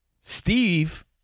Steve